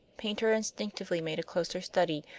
paynter instinctively made a closer study,